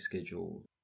schedule